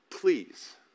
Please